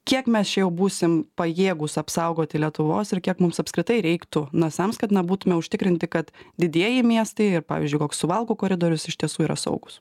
kiek mes čia jau būsim pajėgūs apsaugoti lietuvos ir kiek mums apskritai reiktų nasams kad na būtume užtikrinti kad didieji miestai ir pavyzdžiui koks suvalkų koridorius iš tiesų yra saugūs